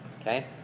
Okay